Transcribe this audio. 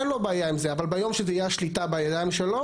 אין לו בעיה עם זה אבל ביום שתהיה השליטה בידיים שלו